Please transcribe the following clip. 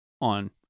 on